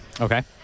okay